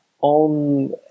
on